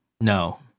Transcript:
No